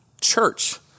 church